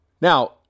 Now